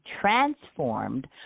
transformed